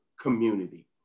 community